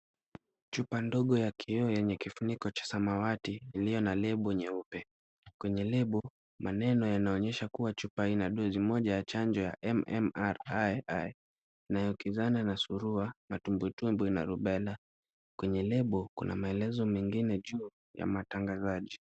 Chupa ndogo ya kioo yenye kifuniko cha samawati iliyo na label nyeupe. Kwenye label maneno yanaonyesha kuwa chupa ina dozi moja ya chanjo ya M-M-R-I-I inayokingana na surua, matumbwitumbwi na rubella. Kwenye label kuna maelezo mengine juu ya matangazaji.